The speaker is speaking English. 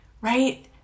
right